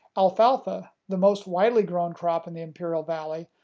alfalfa, the most widely grown crop in the imperial valley,